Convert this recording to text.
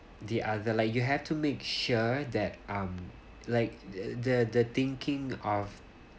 the other like you have to make sure that um like the the the thinking of